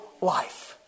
life